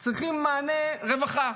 צריכים מעני רווחה.